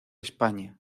españa